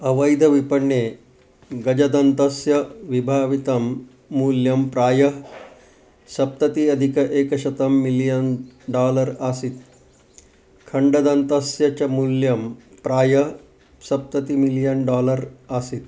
अवैधविपण्ये गजदन्तस्य विभावितं मूल्यं प्रायः सप्तति अधिक एकशतं मिलियन् डालर् आसीत् खण्डदन्तस्य च मूल्यं प्रायः सप्ततिः मिलियन् डालर् आसीत्